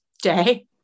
day